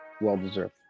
well-deserved